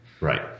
Right